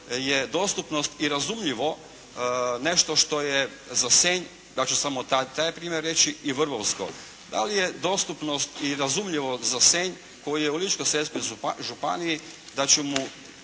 da li je dostupnost i razumljivo nešto što je za Senj, ja ću samo taj primjer reći i vrlo …/Govornik se ne razumije./…, da li je dostupnost i razumljivo za Senj koji je u Ličko-senjskoj županiji da će